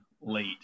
late